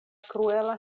kruela